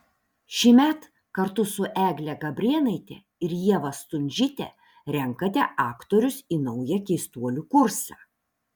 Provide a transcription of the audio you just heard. šįmet kartu su egle gabrėnaite ir ieva stundžyte renkate aktorius į naują keistuolių kursą